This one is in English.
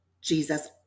Jesus